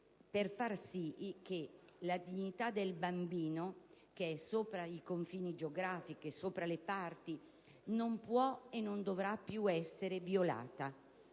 perché la dignità del bambino, che è sopra i confini geografici e sopra le parti, non può e non deve più essere violata.